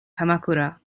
kamakura